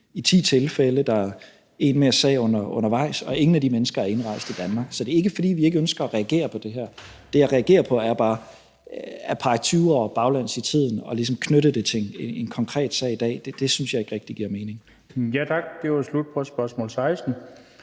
i 10 tilfælde, og der en sag mere undervejs, og ingen af de mennesker er indrejst i Danmark. Så det er ikke, fordi vi ikke ønsker at reagere på det her. Det, jeg reagerer på, er bare det med at pege 20 år baglæns i tiden og ligesom knytte det til en konkret sag i dag. Det synes jeg ikke rigtig giver mening. Kl. 16:58 Den fg. formand